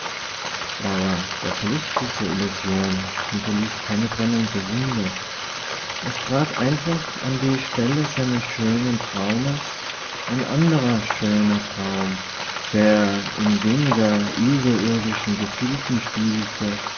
aber der verlust dieser illusion hinterließ keine brennende wunde es trat einfach an die stelle seines schönen traumes ein anderer schöner traum der in weniger überirdischen gefilden spielte